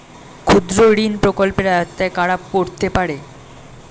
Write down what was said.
ক্ষুদ্রঋণ প্রকল্পের আওতায় কারা পড়তে পারে?